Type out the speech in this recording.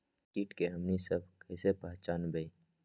किट के हमनी सब कईसे पहचान बई?